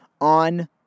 on